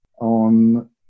on